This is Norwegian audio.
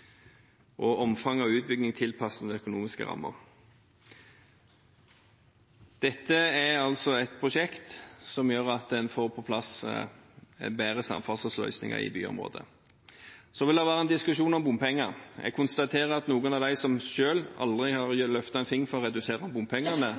gjennomføring. Omfanget av utbyggingen må være tilpasset den økonomiske rammen. Dette er et prosjekt som gjør at en får på plass bedre samferdselsløsninger i byområdet. Det vil være en diskusjon om bompenger. Jeg konstaterer at noen av dem som selv aldri har løftet en finger for å redusere bompengene,